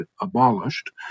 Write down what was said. abolished